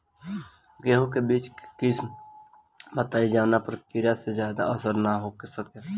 गेहूं के बीज के किस्म बताई जवना पर कीड़ा के ज्यादा असर न हो सके?